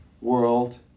world